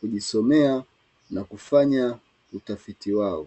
kujisomea na kufanya utafiti wao.